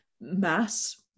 mass